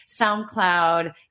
SoundCloud